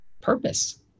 purpose